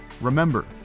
remember